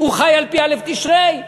חי על-פי א' תשרי,